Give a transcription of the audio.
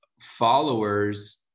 followers